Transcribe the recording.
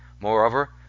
Moreover